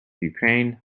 ukraine